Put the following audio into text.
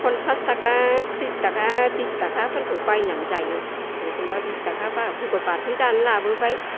फनसास थाखा थ्रिस थाखा बिस थाखा फोरखौ बायनानै जायो एखमब्ला बिस थाखा बाहागखौ बाथोन जानो लाबोबाय